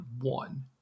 one